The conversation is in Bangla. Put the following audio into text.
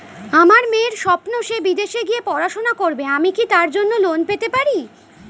আমার মেয়ের স্বপ্ন সে বিদেশে গিয়ে পড়াশোনা করবে আমি কি তার জন্য লোন পেতে পারি?